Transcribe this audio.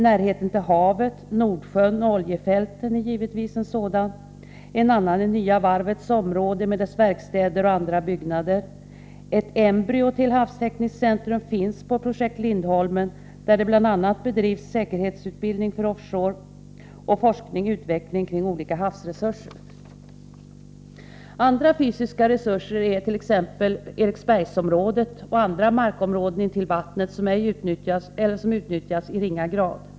Närheten till havet, Nordsjön och oljefälten är givetvis en sådan. En annan är Nya varvets Svensk havsresursområde med dess verkstäder och andra byggnader. Ett embryo till havstekverksänket niskt centrum finns på Projekt Lindholmen, där det bl.a. bedrivs säkerhetsutbildning för off shore-verksamhet samt forskning och utveckling kring olika havsresurser. Andra fysiska resurser är t.ex. Eriksbergsområdet och andra markområden intill vattnet som ej utnyttjas eller som utnyttjas i ringa grad.